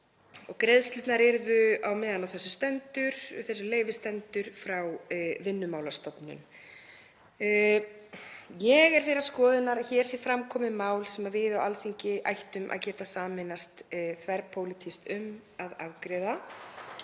Greiðslurnar yrðu á meðan á þessu leyfi stendur frá Vinnumálastofnun. Ég er þeirrar skoðunar að hér sé fram komið mál sem við á Alþingi ættum að geta sameinast þverpólitískt um að afgreiða.